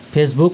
Facebook